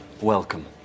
welcome